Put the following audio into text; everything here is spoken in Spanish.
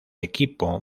equipo